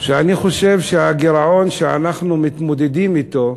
ואני חושב שהגירעון שאנחנו מתמודדים אתו,